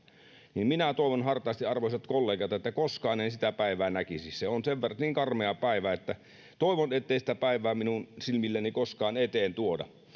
niin minä toivon hartaasti arvoisat kollegat että koskaan en sitä päivää näe se on niin karmea päivä että toivon ettei sitä päivää koskaan minun silmieni eteen tuoda